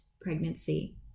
pregnancy